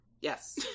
Yes